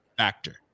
Factor